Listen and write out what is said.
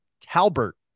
Talbert